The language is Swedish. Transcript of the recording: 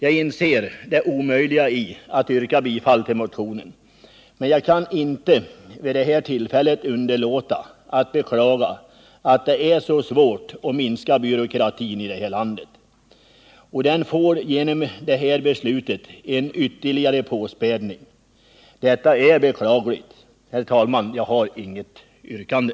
Jag inser det omöjliga i att yrka bifall till motionen, men jag kan inte vid detta tillfälle underlåta att beklaga att det är så svårt att minska byråkratin i detta land. Den får genom detta beslut en ytterligare påspädning, och det är beklagligt. Herr talman! Jag har inget yrkande.